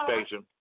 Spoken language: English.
station